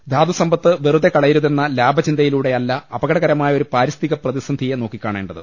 ധാതു സമ്പത്ത് വെറുതെ കളയരുതെന്ന ലാഭചിന്തയിലൂടെ യല്ല അപകടകരമായ ഒരു പാരിസ്ഥിതിക പ്രതിസന്ധിയെ നോക്കി കാണേണ്ടത്